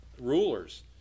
rulers